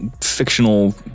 fictional